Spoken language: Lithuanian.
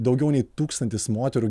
daugiau nei tūkstantis moterų